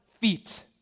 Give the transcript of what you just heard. feet